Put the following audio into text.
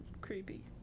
creepy